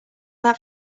that